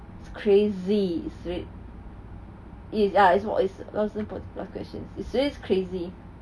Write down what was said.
it's crazy it's really is ya is a lot of questions it's crazy